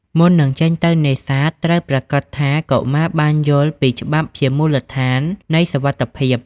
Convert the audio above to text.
មុននឹងចេញទៅនេសាទ ត្រូវប្រាកដថា កុមារបានយល់ ពីច្បាប់ជាមូលដ្ឋាននៃសុវត្ថិភាព។